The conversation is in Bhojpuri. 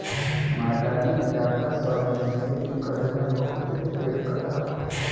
मैदानी इलाका सब मे खेती करेला बहुते पेड़ कटाला